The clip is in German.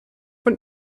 von